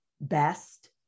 best